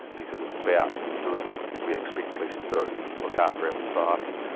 because it's about doing what we expect police to do look after our society.